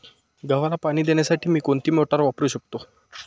गव्हाला पाणी देण्यासाठी मी कोणती मोटार वापरू शकतो?